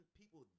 people